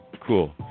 cool